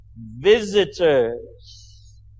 Visitors